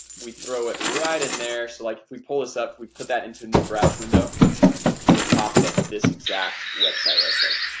we throw it right in there. so like if we pull this up we put that into a new browser window it pops up this exact website right there.